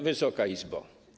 Wysoka Izbo!